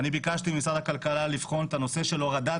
אני ביקשתי ממשרד הכלכלה לבחון את הנושא של הורדת